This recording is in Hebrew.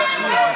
מחלוקת,